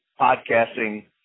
podcasting